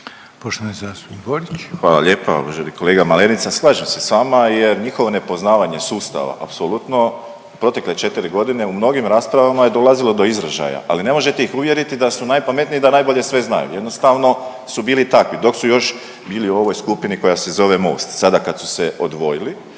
**Borić, Josip (HDZ)** Hvala lijepa. Uvaženi kolega Malenica, slažem se sa vama jer njihovo nepoznavanje sustava apsolutno protekle 4 godine u mnogim raspravama je dolazilo do izražaja. Ali ne možete ih uvjeriti da su najpametniji i da najbolje sve znaju. Jednostavno su bili takvi dok su još bili u ovoj skupini koja se zove Most. Sada kad su se odvojili